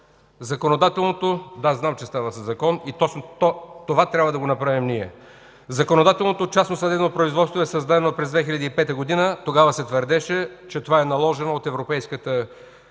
Законодателното частно съдебно производство е създадено през 2005 г. Тогава се твърдеше, че това е наложена от Европейския